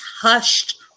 hushed